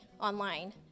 online